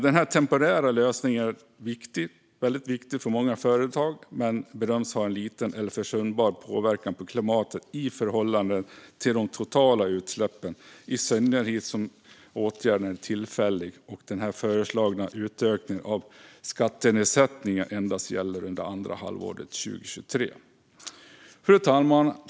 Denna temporära lösning är väldigt viktig för många företag men bedöms ha en liten eller försumbar påverkan på klimatet i förhållande till de totala utsläppen, i synnerhet som åtgärden är tillfällig och den föreslagna utökningen av skattenedsättningen endast gäller under andra halvåret 2023. Fru talman!